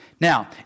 Now